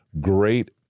great